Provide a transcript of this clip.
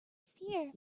fear